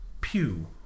Pew